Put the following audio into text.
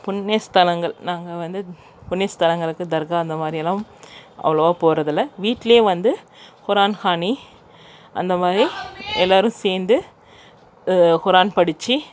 புண்ணியஸ்தலங்கள் நாங்கள் வந்து புண்ணியஸ்தலங்களுக்கு தர்கா அந்தமாதிரி எல்லாம் அவ்வளோவா போகிறதில்ல வீட்டிலே வந்து ஒரு அன்ஹானி அந்தமாதிரி எல்லாரும் சேர்ந்து ஹுரான் படிச்சு